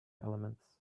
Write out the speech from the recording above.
elements